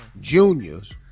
Juniors